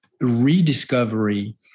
rediscovery